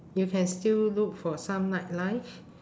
you can still look for some nightlife